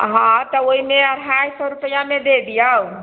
हँ तऽ ओहिमे अढ़ाइ सए रुपआमे दे दिऔ